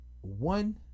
one